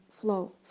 flow